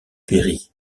péri